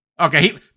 Okay